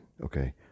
Okay